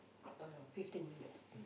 oh no fifteen minutes